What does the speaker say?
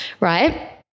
right